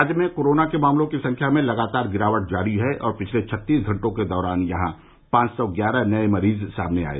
राज्य में कोरोना के मामलों की संख्या में लगातार गिरावट जारी है और पिछले छत्तीस घंटों के दौरान यहां पांच सौ ग्यारह नये मरीज सामने आये